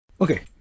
Okay